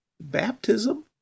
baptism